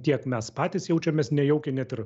tiek mes patys jaučiamės nejaukiai net ir